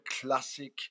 classic